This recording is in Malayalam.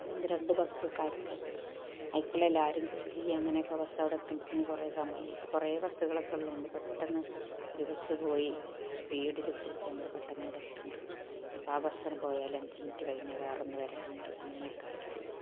ഒന്നുരണ്ട് ബസ്സൊക്കെ ആയപ്പോൾ അതിക്കുള്ളിൽ എല്ലാവരും കയറി അങ്ങനൊക്കെ ബസവിടെ എത്തുമ്പോത്തിന് കുറെ സമയമാകും ഇപ്പോൾ കുറെ ബസ്സുകളൊക്കെ ഉള്ളതുകൊണ്ട് പെട്ടെന്ന് ഒരു ബസ്സ് പോയി സ്പീഡില് പോയിട്ട് നമ്മൾ പെട്ടെന്ന് അവിടെ എത്താണ്ട് ഇപ്പം ബസ്സങ്ങട്ട് പോയാല് അഞ്ച് മിനിറ്റ് കഴിഞ്ഞാൽ വേറൊന്ന് വരാനുണ്ട് അങ്ങനെ ഒക്കെയായി